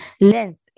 length